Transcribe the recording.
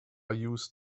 used